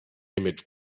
image